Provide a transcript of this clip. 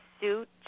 suit